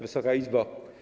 Wysoka Izbo!